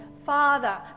father